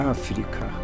Africa